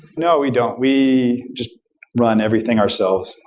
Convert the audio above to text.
no, we don't. we just run everything ourselves,